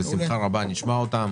בשמחה רבה נשמע אותם